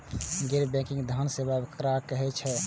गैर बैंकिंग धान सेवा केकरा कहे छे?